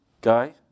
Guy